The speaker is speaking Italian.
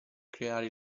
creare